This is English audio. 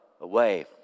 away